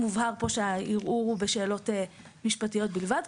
מובהר פה שהערעור הוא בשאלות משפטיות בלבד,